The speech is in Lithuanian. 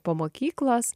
po mokyklos